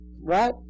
Right